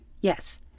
Yes